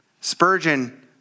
Spurgeon